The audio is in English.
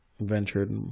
ventured